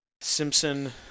Simpson